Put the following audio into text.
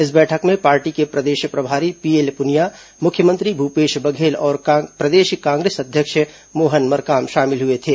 इस बैठक में पार्टी के प्रदेश प्रभारी पीएल पुनिया मुख्यमंत्री भूपेश बघेल और प्रदेश कांग्रेस अध्यक्ष मोहन मरकाम शामिल हुए थे